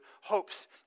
hopes